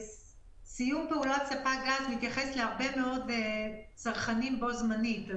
סיום פעולת ספק גז מתייחס להרבה מאוד צרכנים בו זמנית.